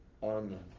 On